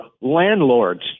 landlords